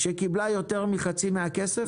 שקיבלה יותר מחצי מהכסף?